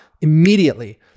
Immediately